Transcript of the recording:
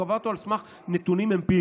הוא קבע אותו על סמך נתונים אמפיריים,